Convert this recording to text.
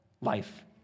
life